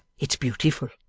it's beautiful